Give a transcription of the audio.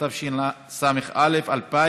התשס"א 2000)